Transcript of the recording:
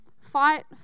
fight